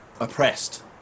Oppressed